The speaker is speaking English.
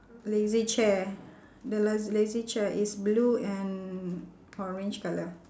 lazy chair the laz~ lazy chair is blue and orange colour